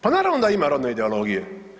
Pa naravno da ima rodne ideologije.